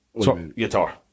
Guitar